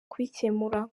kubikemura